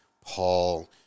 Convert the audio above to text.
Paul